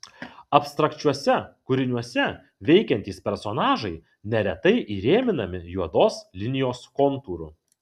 abstrakčiuose kūriniuose veikiantys personažai neretai įrėminami juodos linijos kontūru